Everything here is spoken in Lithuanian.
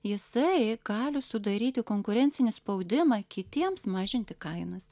jisai gali sudaryti konkurencinį spaudimą kitiems mažinti kainas